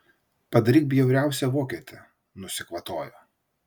padaryk bjauriausią vokietę nusikvatojo